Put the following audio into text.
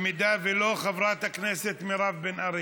ואם לא, חברת הכנסת מירב בן ארי.